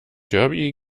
derby